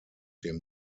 dem